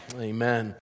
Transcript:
Amen